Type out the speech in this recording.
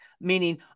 Meaning